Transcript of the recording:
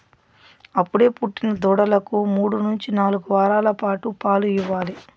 అప్పుడే పుట్టిన దూడలకు మూడు నుంచి నాలుగు వారాల పాటు పాలు ఇవ్వాలి